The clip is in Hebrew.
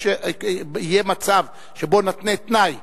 יהיה מצב שבו נתנה תנאי,